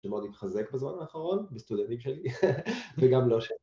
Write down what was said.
‫שמאוד התחזק בזמן האחרון, ‫בסטודנטים שלי, וגם לא ש..